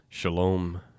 Shalom